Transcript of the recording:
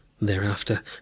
thereafter